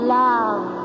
love